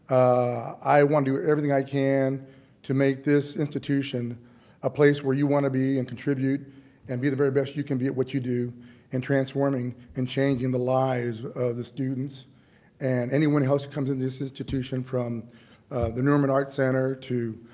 i want to do everything i can to make this institution a place where you want to be and contribute and be the very best you can be at what you do and transforming and changing the lives of the students and anyone else that comes in this institution from the nerman arts center, to,